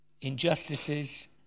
injustices